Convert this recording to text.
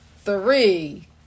three